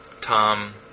Tom